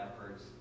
efforts